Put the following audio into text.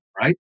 right